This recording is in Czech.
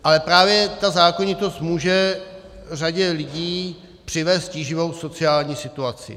Ale právě ta zákonitost může řadě lidí přinést tíživou sociální situaci.